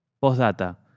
Postdata